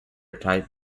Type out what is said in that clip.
tight